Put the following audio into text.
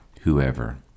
whoever